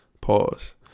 pause